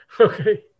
Okay